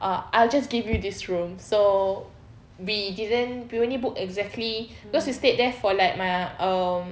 uh I'll just give you this room so we didn't we only book exactly cause we stayed there for like um